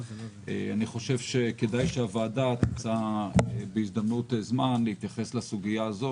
2020. אני חושב שכדאי שהוועדה תמצא זמן להתייחס לסוגיה הזאת,